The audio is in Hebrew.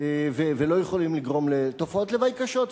ולא יכולים לגרום תופעות לוואי קשות,